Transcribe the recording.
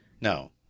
No